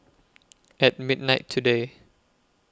At midnight today